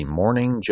morning